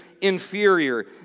inferior